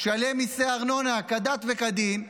שילם מיסי ארנונה כדת וכדין,